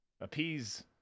appease